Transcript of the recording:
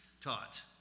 taught